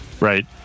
Right